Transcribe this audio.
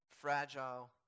fragile